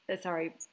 sorry